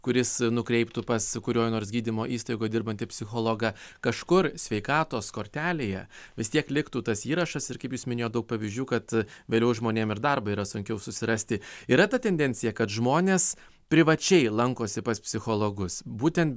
kuris nukreiptų pas kurioj nors gydymo įstaigoj dirbantį psichologą kažkur sveikatos kortelėje vis tiek liktų tas įrašas ir kaip jis minėjot daug pavyzdžių kad vėliau žmonėm ir darbą yra sunkiau susirasti yra ta tendencija kad žmonės privačiai lankosi pas psichologus būtent